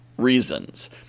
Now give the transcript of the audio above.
reasons